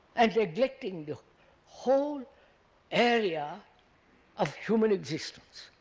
and neglecting the whole area of human existence.